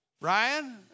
Ryan